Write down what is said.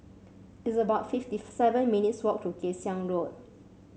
it's about fifty seven minutes' walk to Kay Siang Road